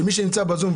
שמי שנמצא בשום,